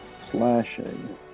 Slashing